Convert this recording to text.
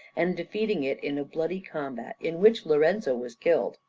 and defeating it in a bloody combat in which lorenzo was killed.